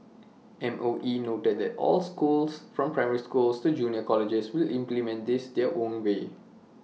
M O E noted that all schools from primary schools to junior colleges will implement this their own way